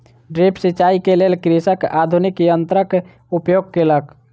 drip सिचाई के लेल कृषक आधुनिक यंत्रक उपयोग केलक